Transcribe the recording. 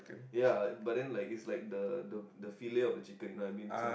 ya but then like it's like the the the fillet of the chicken you know what I mean so it's